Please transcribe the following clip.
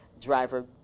driver